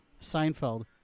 Seinfeld